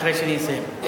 אחרי שאני אסיים.